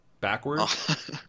backwards